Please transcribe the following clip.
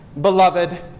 beloved